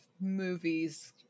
movies